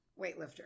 weightlifter